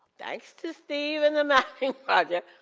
thanks to steve and the mapping project,